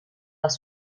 als